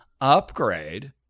upgrade